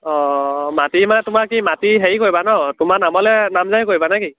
অঁ মাটি মানে তোমাৰ কি মাটি হেৰি কৰিবা ন তোমাৰ নামলে নামজাৰি কৰিবা নে কি